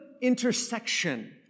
intersection